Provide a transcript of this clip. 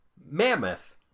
Mammoth